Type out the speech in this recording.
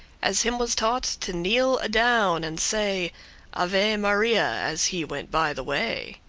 as him was taught, to kneel adown, and say ave maria as he went by the way.